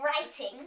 writing